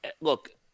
look